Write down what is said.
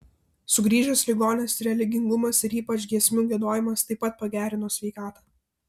sugrįžęs ligonės religingumas ir ypač giesmių giedojimas taip pat pagerino sveikatą